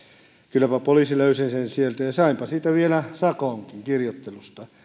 kylläpä poliisi löysi sen sieltä ja sainpa siitä vielä sakonkin kirjoittelusta